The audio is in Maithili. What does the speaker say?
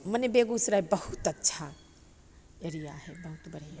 मने बेगूसराय बहुत अच्छा एरिया हइ बहुत बढ़िआँ